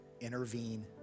intervene